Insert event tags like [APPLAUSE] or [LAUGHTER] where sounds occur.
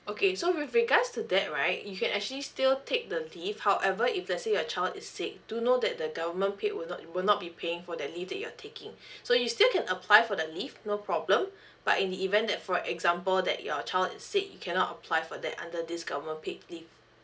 okay so with regards to that right you can actually still take the leave however if let's say your child is sick do know that the government pay will not will not be paying for the leave that you're taking [BREATH] so you still can apply for the leave no problem but in the event that for example that your child is sick you cannot apply for that under this government paid leave